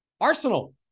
Arsenal